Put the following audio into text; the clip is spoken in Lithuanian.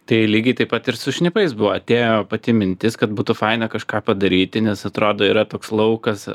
tai lygiai taip pat ir su šnipais buvo atėjo pati mintis kad būtų faina kažką padaryti nes atrodo yra toks laukas